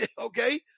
Okay